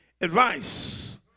advice